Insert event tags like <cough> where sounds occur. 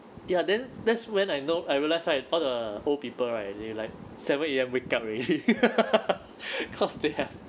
ya then that's when I know I realise right all the old people right and they like seven A_M wake up already <laughs> because they have